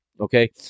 Okay